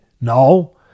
No